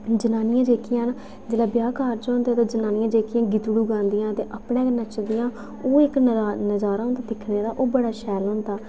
जनानियां जेह्कियां न जेल्लै ब्याह् कारज़ होंदा ऐ ते ओह् जनानियां जेह्कियां ओह् गीतड़ू गांदियां ते अपने गै नचदियां ओह् इक्क नजारा होंदा दिक्खने दा ओह् बड़ा शैल होंदा